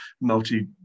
multi